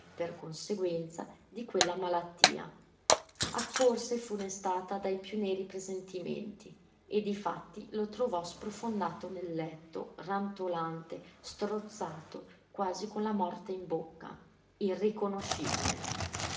per conseguenza di quella malattia accorse funestata dai più neri presentimenti e difatti lo trovò sprofondato nel letto rantolante strozzato quasi con la morte in bocca irriconoscibile